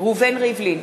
ראובן ריבלין,